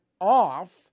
off